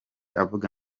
avuga